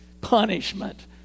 punishment